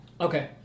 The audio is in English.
Okay